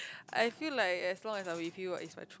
I feel like as long as I with you what is what